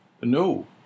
No